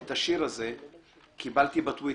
את השיר הזה קיבלתי בטוויטר.